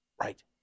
Right